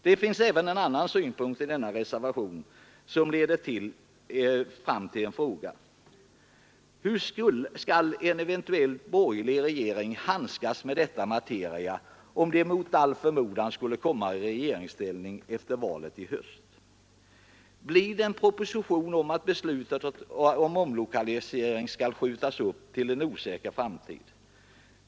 Det finns även en annan synpunkt i denna reservation som leder fram till en fråga: Hur skall en eventuell borgerlig regering handskas med denna materia om de mot all förmodan skulle komma i regeringsställning efter valet i höst? Blir det en proposition om att beslutet om omlokalisering skall skjutas upp till en osäker framtid?